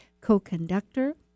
co-conductor